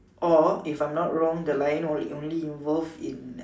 or if I'm not wrong the lion all will only involve in